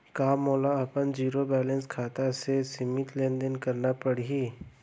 का मोला अपन जीरो बैलेंस खाता से सीमित लेनदेन करना पड़हि?